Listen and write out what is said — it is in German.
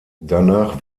danach